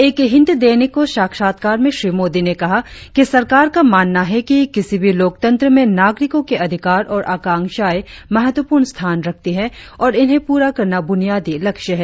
एक हिंदी दैनिक को साक्षात्कार में श्री मोदी ने कहा कि सरकार का मानना है कि किसी भी लोकतंत्र में नागरिकों के अधिकार और आकांक्षाएं महत्वपूर्ण स्थान रखती है और इन्हें प्ररा करना बुनियादी लक्ष्य है